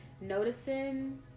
noticing